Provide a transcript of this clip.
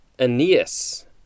Aeneas